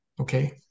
Okay